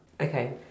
Okay